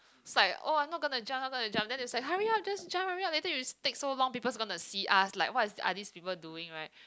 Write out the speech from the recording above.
so I oh I'm not gonna jump not gonna jump then they said like hurry up just jump hurry up later you take so long people's gonna see us like what are these people doing right